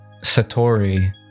Satori